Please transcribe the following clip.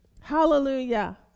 Hallelujah